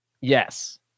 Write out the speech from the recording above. Yes